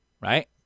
Right